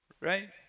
Right